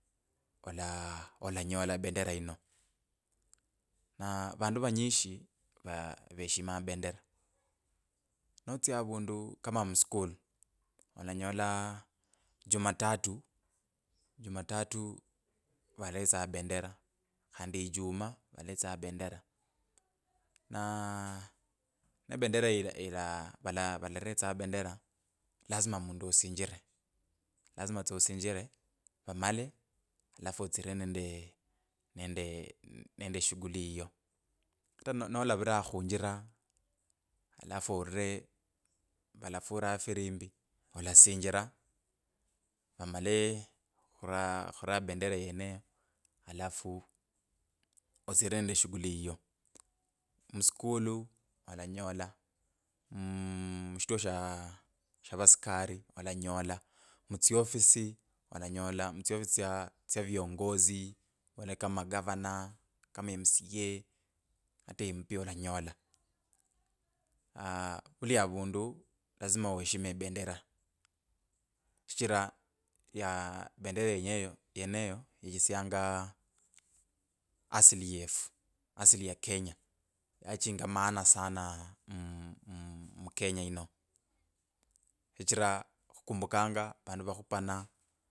Ola olanyola bendera yino na vandu vanyishi va veshima bendera. Notsya avundu kama muskulu olanyola jumatatu valaretsa bendera khandi ijumaa valaretsa bendera, naa nee bendera ila ila vala valaretsa bendera lazima mundu asinjire, lazima tso osinjire vamale alafu otsirire nende nende nende shughuli yiyo ata no nalavira khunjira alafu oulire valafura firimbi olasinjira vamale khura khura bendera alafu otsirire nende shughuli yiyo muskulu alanyola mm mushituo sha vaskari olanyola mutsiofisi alanyola mutsiofisi tsya tsya viongozi kama gavana, kama mca ata mp olanyola, aaah vuli avundu lazima weshime bendera shichira bendera ya yenyeyo yeneyo yechesyanga asli yefu asili ya kenya yachinga maana sana mm mm. mukenya shichira khukumbukanga vandu vakhupane.